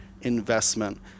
investment